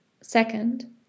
Second